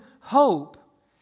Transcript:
hope